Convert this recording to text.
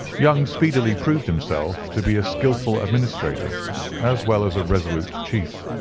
young speedily proved himself to be a skilful administrator as well as a resolute chief.